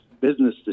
business